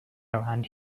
around